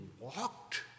walked